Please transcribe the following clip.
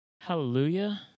Hallelujah